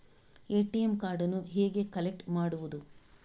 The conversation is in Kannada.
ಎ.ಟಿ.ಎಂ ಕಾರ್ಡನ್ನು ಹೇಗೆ ಕಲೆಕ್ಟ್ ಮಾಡುವುದು?